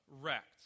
wrecked